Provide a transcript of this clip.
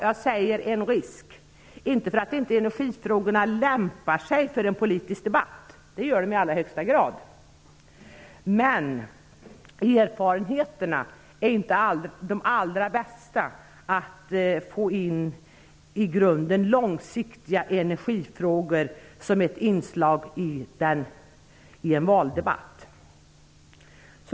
Jag säger ''en risk'', inte för att energifrågorna inte lämpar sig för politisk debatt -- det gör de i allra högsta grad -- men därför att erfarenheterna inte är de allra bästa av att få in i grunden långsiktiga energifrågor som ett inslag i en valdebatt.